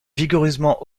vigoureusement